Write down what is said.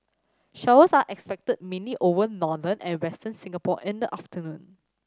showers are expected mainly over northern and Western Singapore in the afternoon